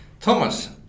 Thomas